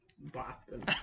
Boston